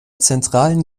zentralen